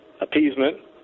appeasement